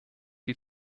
die